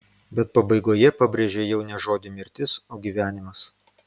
bet pabaigoje pabrėžei jau ne žodį mirtis o gyvenimas